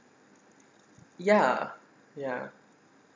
ya ya